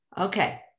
okay